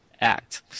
act